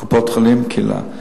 קופות-חולים, קהילה,